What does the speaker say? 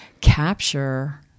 capture